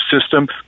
system